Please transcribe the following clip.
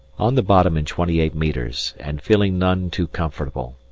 on the bottom in twenty eight metres and feeling none too comfortable,